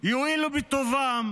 יואילו בטובם